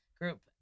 group